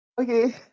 Okay